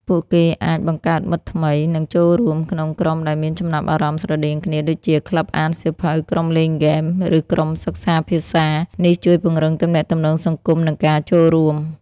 ពួកគេអាច បង្កើតមិត្តថ្មី និងចូលរួមក្នុង ក្រុមដែលមានចំណាប់អារម្មណ៍ស្រដៀងគ្នា ដូចជា ក្លឹបអានសៀវភៅ ក្រុមលេងហ្គេម ឬក្រុមសិក្សាភាសា នេះជួយពង្រឹងទំនាក់ទំនងសង្គម និងការរួបរួម។